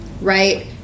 right